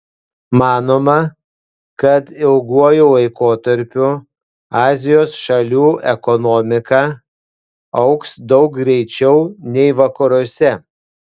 manoma kad ilguoju laikotarpiu azijos šalių ekonomika augs daug greičiau nei vakaruose